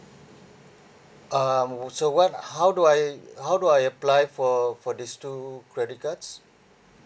um w~ so what how do I how do I apply for for these two credit cards